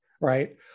right